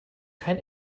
kein